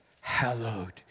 hallowed